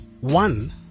One